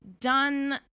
done